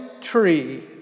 tree